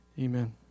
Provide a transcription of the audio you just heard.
Amen